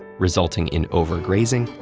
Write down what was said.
resulting in overgrazing,